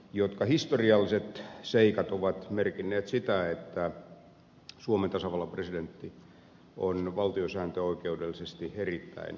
jotka historialliset seikat ovat merkinneet sitä että suomen tasavallan presidentti on valtiosääntöoikeudellisesti erittäin vahva